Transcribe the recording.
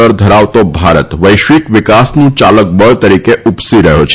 દર ધરાવતો ભારત વૈશ્વિક વિકાસનું ચાલક બળ તરીકે ઉપસી રહ્યો છે